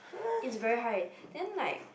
it's very high then like